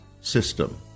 system